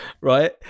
right